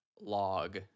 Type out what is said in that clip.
log